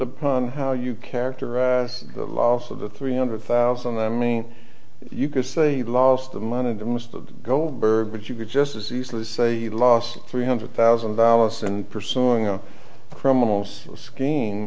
upon how you characterize the loss of the three hundred thousand i mean you could say you lost the money to most of goldberg but you could just as easily say you lost three hundred thousand dollars and pursuing a criminals